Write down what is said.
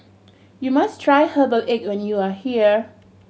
you must try herbal egg when you are here